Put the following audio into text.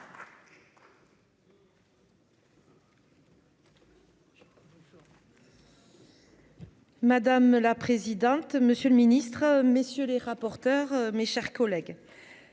Madame la présidente, monsieur le ministre, messieurs les rapporteurs, mes chers collègues,